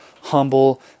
humble